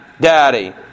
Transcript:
daddy